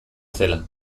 zela